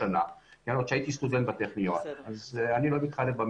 שנה, עוד כשהייתי סטודנט בטכניון, אני לא מתחלף.